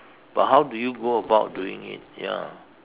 but how do you go about doing it ya